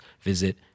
visit